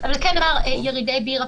אבל כן נאמר: ירידי בירה,